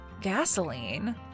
Gasoline